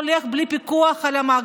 הממשלה,